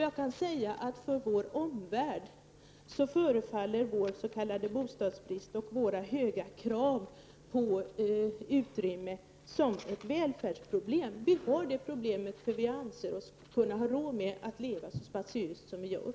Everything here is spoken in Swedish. Jag kan säga att för vår omvärld förefaller vår s.k. bostadsbrist och våra höga krav på utrymme vara ett välfärdsproblem. Vi har det problemet för att vi anser oss ha råd att leva så spatiöst som vi gör.